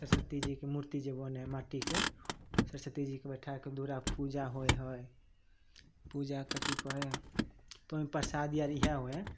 सरस्वती जीके मूर्ति जे बनै है मट्टीके सरस्वती जीके बैठाके दुरा पर पूजा होइ है पूजा कथी कहै है तऽ ओहिमे परसादी आर इएह होइ है